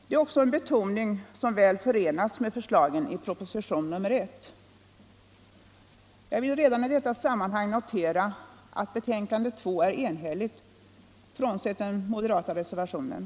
Det är också en betoning som väl förenas med förslagen i proposition 1975/76:1. Jag vill redan i detta sammanhang notera att betänkande nr 2 är enhälligt, frånsett den moderata reservationen.